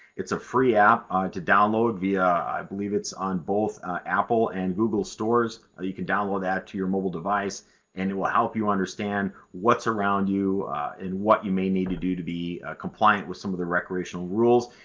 it's a free app to download via i believe it's on both apple and google stores. ah you can download that to your mobile device and it will help you understand what's around you and what you may need to do to be compliant with some of the recreational rules.